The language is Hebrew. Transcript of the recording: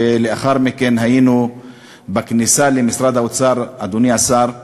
ולאחר מכן היינו בכניסה למשרד האוצר, אדוני השר,